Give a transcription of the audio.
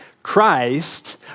Christ